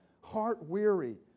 heart-weary